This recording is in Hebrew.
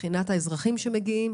מבחינת האזרחים שמגיעים,